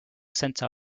centre